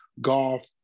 golf